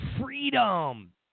Freedom